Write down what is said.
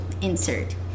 insert